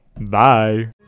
Bye